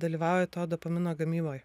dalyvauja to dopamino gamyboj